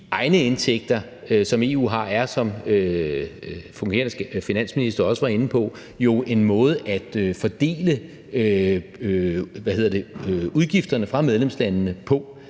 egne indtægter, som EU har, er jo, som den fungerende finansminister også var inde på, en måde at fordele udgifterne fra medlemslandene på,